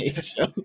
show